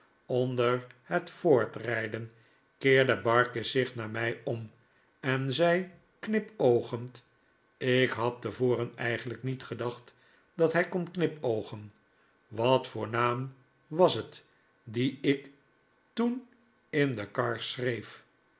onder het voortrijden keerde barkis zich naar mij om en zei knipoogend ik had tevoren eigenlijk niet gedacht dat hij kon knipoogen wat voor naam was het dien ik toen in de kar